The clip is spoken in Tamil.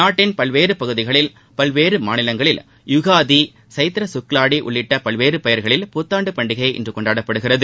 நாட்டின் பல்வேறு மாநிலங்களில் யுகாதி சைத்ரசுக்லாடி உள்ளிட்ட பல்வேறு பெயர்களில் புத்தாண்டு பண்டிகை இன்று கொண்டாடப்படுகிறது